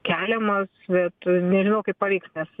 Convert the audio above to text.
keliamos bet nežinau kaip pavyks nes